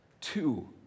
Two